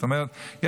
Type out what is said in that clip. זאת אומרת,